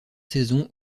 saisons